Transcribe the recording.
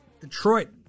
Detroit